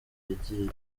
yagiye